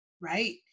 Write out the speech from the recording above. Right